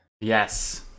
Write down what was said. Yes